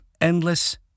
endless